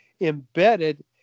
embedded